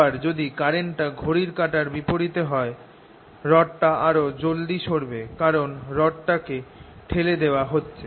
আবার যদি কারেন্টটা ঘড়ির কাটার বিপরিতে হয় রডটা আরও জলদি সরবে কারণ রডটাকে ঠেলে দেওয়া হচ্ছে